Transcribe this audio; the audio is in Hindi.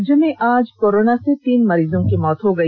राज्य में आज कोरोना से तीन मरीजों की मौत हो गई